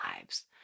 lives